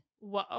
Whoa